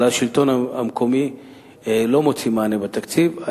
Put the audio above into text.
השלטון המקומי לא מוצאים מענה בתקציב.